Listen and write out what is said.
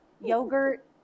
yogurt